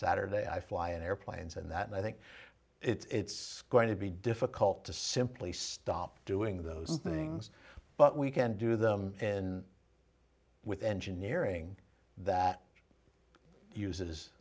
saturday i fly in airplanes and that i think it's going to be difficult to simply stop doing those things but we can do them in with engineering that uses